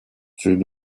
c’est